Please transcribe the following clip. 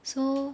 so